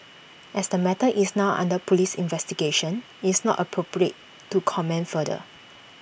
as the matter is now under Police investigation it's not appropriate to comment further